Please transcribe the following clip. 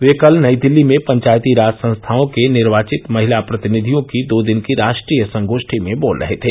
वे कल नई दिल्ली में पंचायती राज संस्थाओं के निर्वाचित महिला प्रतिनिधियों की दो दिन की राष्ट्रीय संगोष्ठी में बोल रहे थे